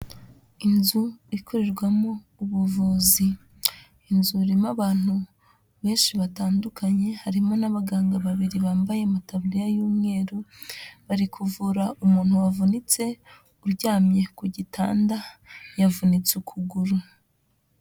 Inzu ikorerwamo ubuvuzi, iyo nzu irimo abantu benshi batandukanye, harimo n'abaganga babiri bambaye amataburiya y'umweru, bari kuvura umuntu wavunitse uryamye ku gitanda yavunitse ukuguru.